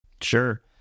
Sure